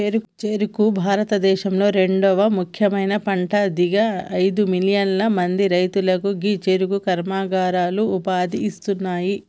చెఱుకు భారతదేశంలొ రెండవ ముఖ్యమైన పంట గిది అయిదు మిలియన్ల మంది రైతులకు గీ చెఱుకు కర్మాగారాలు ఉపాధి ఇస్తున్నాయి